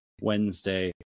wednesday